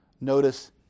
Notice